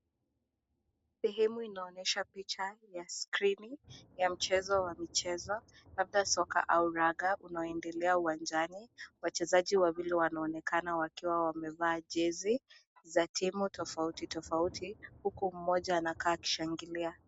Sehemu hii inaonyesha picha ya screen ya mchezo wa kucheza labda soka au raga unaoendelea uwanjani . Wachezaji wawili wanaonekana wakiwa wamevaa jezi za timu tofauti tofauti huku mmoja anakaa akishangilia.